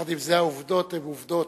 יחד עם זה העובדות הן עובדות.